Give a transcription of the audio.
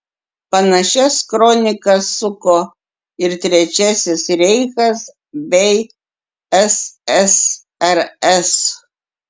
panašias kronikas suko ir trečiasis reichas bei ssrs